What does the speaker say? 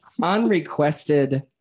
unrequested